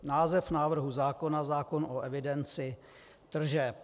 Název návrhu zákona: Zákon o evidenci tržeb.